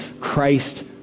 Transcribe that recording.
Christ